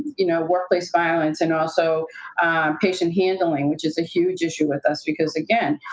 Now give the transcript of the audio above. you know, workplace violence, and also patient handling, which is a huge issue with us, because, again,